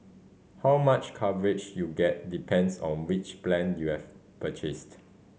how much coverage you get depends on which plan you have purchased